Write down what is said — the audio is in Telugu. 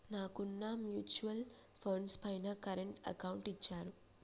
నాకున్న మ్యూచువల్ ఫండ్స్ పైన కరెంట్ అకౌంట్ ఇచ్చారు